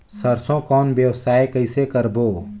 सरसो कौन व्यवसाय कइसे करबो?